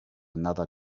another